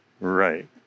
Right